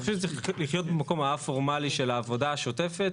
אני חושב שצריך לחיות במקום הא-פורמלי של העבודה השוטפת